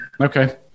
Okay